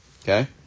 okay